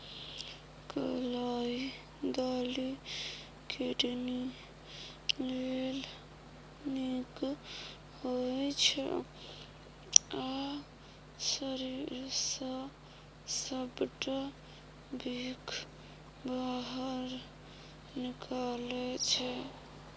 कलाइ दालि किडनी लेल नीक होइ छै आ शरीर सँ सबटा बिख बाहर निकालै छै